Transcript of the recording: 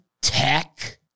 tech